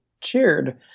cheered